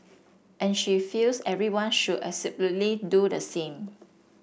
and she feels everyone should do the same